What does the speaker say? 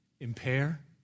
Impair